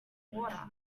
water